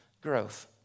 growth